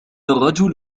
الرجل